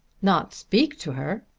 not speak to her!